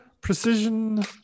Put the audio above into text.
precision